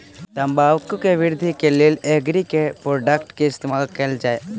तम्बाकू केँ वृद्धि केँ लेल एग्री केँ के प्रोडक्ट केँ इस्तेमाल कैल जाय?